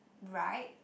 right